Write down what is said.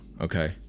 okay